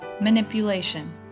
manipulation